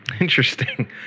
Interesting